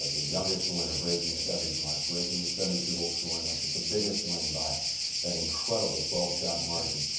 the youngest winner-breaking seventies mark. breaking the seventy-two hole scoring record the biggest win-by that incredible twelve-shot margin.